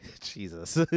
Jesus